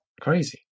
crazy